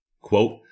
Quote